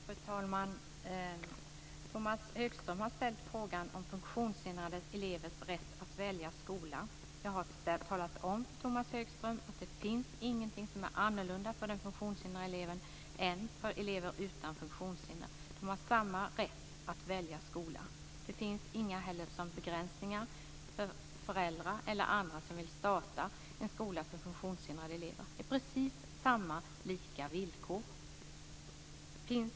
Fru talman! Tomas Högström har ställt frågan om funktionshindrade elevers rätt att välja skola. Jag har talat om för Tomas Högström att ingenting är annorlunda för de funktionshindrade eleverna i förhållande till elever utan funktionshinder. De har samma rätt att välja skola. Det finns inte heller några begränsningar för föräldrar eller andra som vill starta en skola för funktionshindrade elever. Precis lika villkor gäller.